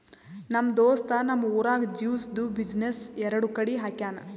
ನಮ್ ದೋಸ್ತ್ ನಮ್ ಊರಾಗ್ ಜ್ಯೂಸ್ದು ಬಿಸಿನ್ನೆಸ್ ಎರಡು ಕಡಿ ಹಾಕ್ಯಾನ್